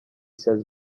says